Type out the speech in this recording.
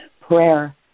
prayer